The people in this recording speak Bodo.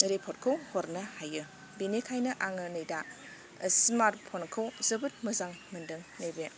रिपर्टखौ हरनो हायो बेनिखायनो आङो नै दा स्मार्ट फ'नखौ जोबोर मोजां मोन्दों नैबे